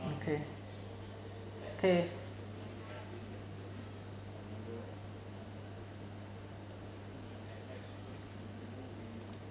okay K